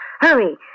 Hurry